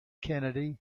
kennedy